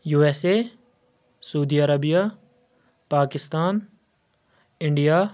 USA Saudi Arabia Pakistan India